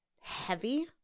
heavy